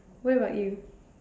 what about you